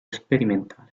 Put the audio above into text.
sperimentale